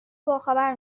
باخبر